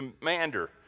commander